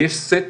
ויש סט